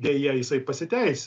deja jisai pasiteisino